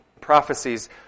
prophecies